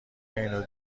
اینو